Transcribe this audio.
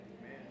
Amen